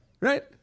Right